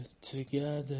together